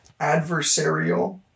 adversarial